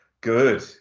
good